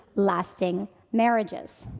lasting marriages.